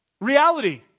reality